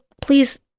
please